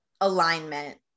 alignment